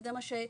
וזה מה שאדוני,